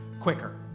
quicker